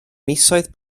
misoedd